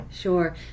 Sure